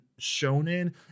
Shonen